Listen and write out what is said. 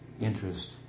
interest